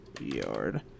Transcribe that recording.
yard